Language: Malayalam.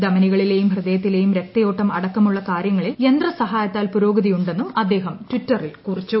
ധമനികളിലെയും ഹൃദയത്തിലെയും രക്തയോട്ടം അടക്കമുള്ള കാര്യങ്ങളിൽ യന്ത്രസഹായത്താൽ പുരോഗതിയുണ്ടെന്നും അദ്ദേഹം ട്വിറ്ററിൽ കുറിച്ചു